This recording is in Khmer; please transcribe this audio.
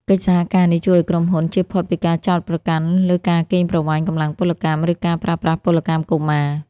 កិច្ចសហការនេះជួយឱ្យក្រុមហ៊ុនជៀសផុតពីការចោទប្រកាន់លើការកេងប្រវ័ញ្ចកម្លាំងពលកម្ម ឬការប្រើប្រាស់ពលកម្មកុមារ។